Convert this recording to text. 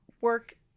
work